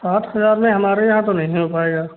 साठ हजार में हमारे यहाँ तो नहीं हो पाएगा